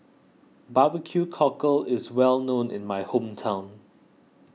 Barbecue Cockle is well known in my hometown